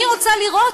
אני רוצה לראות,